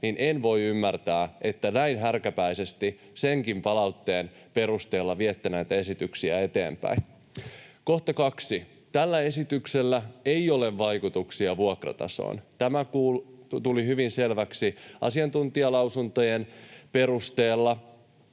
en voi ymmärtää, että näin härkäpäisesti senkin palautteen perusteella viette näitä esityksiä eteenpäin. Kohta kaksi: Tällä esityksellä ei ole vaikutuksia vuokratasoon. Tämä tuli hyvin selväksi asiantuntijalausuntojen perusteella,